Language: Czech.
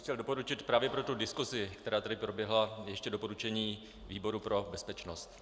Chtěl bych doporučit právě pro diskusi, která tady proběhla, doporučení výboru pro bezpečnost.